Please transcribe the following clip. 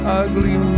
ugly